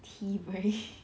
tea break